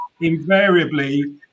invariably